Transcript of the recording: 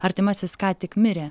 artimasis ką tik mirė